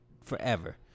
forever